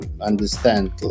understand